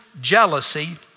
jealousy